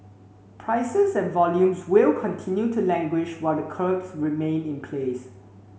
prices and volumes will continue to languish while the curbs remain in place